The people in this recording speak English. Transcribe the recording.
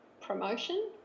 promotion